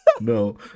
No